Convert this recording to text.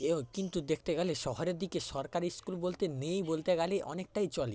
এও কিন্তু দেখতে গেলে শহরের দিকে সরকারি স্কুল বলতে নেই বলতে গেলেই অনেকটাই চলে